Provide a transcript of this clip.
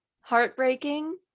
heartbreaking